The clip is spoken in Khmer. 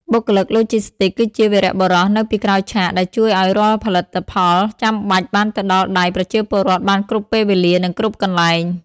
បុគ្គលិកឡូជីស្ទីកគឺជាវីរបុរសនៅពីក្រោយឆាក ដែលជួយឱ្យរាល់ផលិតផលចាំបាច់បានទៅដល់ដៃប្រជាពលរដ្ឋបានគ្រប់ពេលវេលា និងគ្រប់កន្លែង។